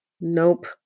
nope